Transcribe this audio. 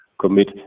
commit